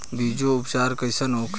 बीजो उपचार कईसे होखे?